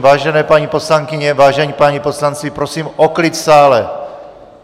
Vážené paní poslankyně, vážení páni poslanci, prosím o klid v sále!